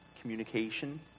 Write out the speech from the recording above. communication